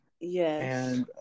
Yes